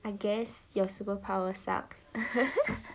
I guess your superpower sucks